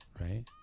right